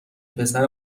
پسر